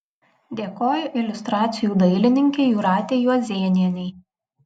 dėkoju iliustracijų dailininkei jūratei juozėnienei